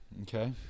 okay